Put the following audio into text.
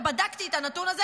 ובדקתי את הנתון הזה.